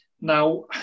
now